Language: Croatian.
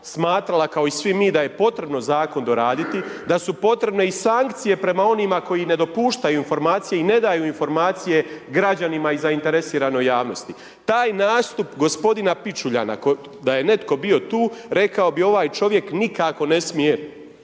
smatrala kao i svi mi da je potrebno zakon doraditi da su potrebne i sankcije prema onima koji ne dopuštaju informacije i ne daju informacije građanima i zainteresiranoj javnosti. Taj nastup g. Pičuljana, da je netko bio tu, rekao bi ovaj čovjek nikako ne smije